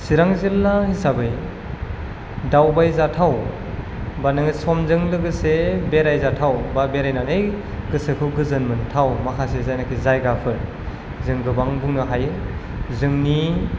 चिरां जिल्ला हिसाबै दावबायजाथाव बा नों समजों लोगोसे बेरायजाथाव बा बेरायनानै गोसोखौ गोजोन मोनथाव माखासे जायनाखि जायगाफोर जों गोबां बुंनो हायो जोंनि